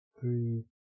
three